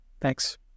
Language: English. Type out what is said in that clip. Thanks